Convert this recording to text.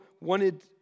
wanted